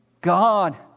God